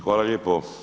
Hvala lijepo.